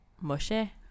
mushy